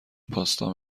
پاستا